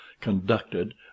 conducted